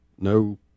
no